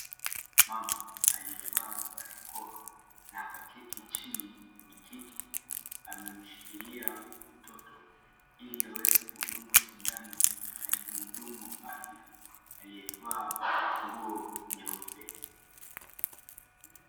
Mama aliyevaa barakoa na akaketi chini kwenye kiti, amemshikilia mtoto ili aweze kudungwa sindano na mhudumu wa afya aliyevaa nguo nyeupe.